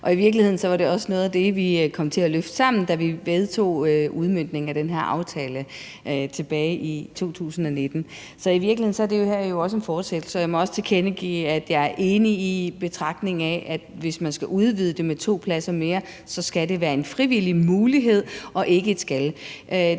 i virkeligheden var det også noget af det, vi kom til at løfte sammen, da vi vedtog udmøntningen af den her aftale tilbage i 2019. I virkeligheden er det her jo en fortsættelse, og jeg må så også tilkendegive, at jeg er enig i den betragtning, at hvis man skal udvide det med to pladser mere, skal det være en frivillig mulighed og ikke et skal.